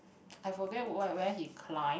I forget where where he climb